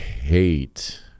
hate